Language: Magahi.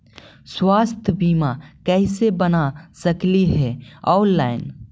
स्वास्थ्य बीमा कैसे बना सकली हे ऑनलाइन?